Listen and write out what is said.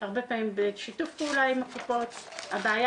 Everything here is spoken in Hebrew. והרבה פעמים בשיתוף פעולה עם הקופות הבעיה